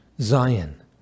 Zion